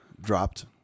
dropped